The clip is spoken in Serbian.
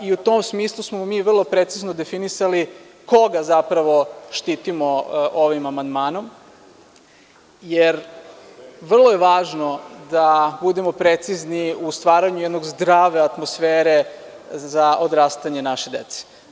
U tom smislu smo mi vrlo precizno definisali koga zapravo štitimo ovim amandmanom, jer vrlo je važno da budemo precizni u stvaranju jedne zdrave atmosfere za odrastanje naše dece.